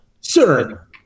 sir